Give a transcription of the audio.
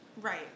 Right